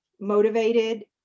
motivated